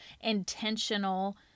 intentional